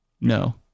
No